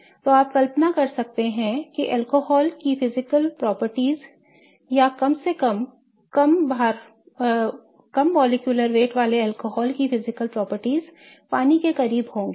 तो आप कल्पना कर सकते हैं कि अल्कोहल के भौतिक गुण या कम से कम कम आणविक भार वाले अल्कोहल के भौतिक गुण पानी के करीब होंगे